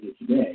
today